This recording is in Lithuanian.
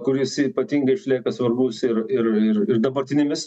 kuris ypatingai išlieka svarbus ir ir ir ir dabartinėmis